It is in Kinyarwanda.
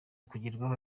kugerwaho